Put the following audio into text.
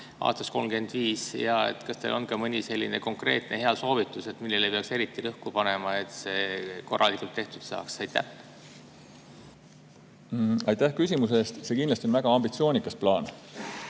aastaks 2035 ja kas teil on ka mõni hea konkreetne soovitus, millele peaks eriti rõhku panema, et see korralikult tehtud saaks? Aitäh küsimuse eest! See kindlasti on väga ambitsioonikas plaan.